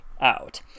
out